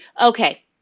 Okay